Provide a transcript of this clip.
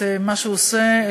מה שהוא עושה,